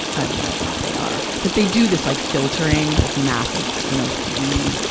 i'd imagine that they are. but they do this like filtering, this massive, you know, three,